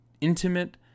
intimate